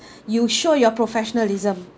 you show your professionalism